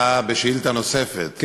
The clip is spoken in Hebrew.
אתה בשאילתה נוספת.